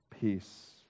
peace